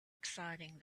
exciting